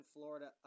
Florida